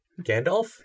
Gandalf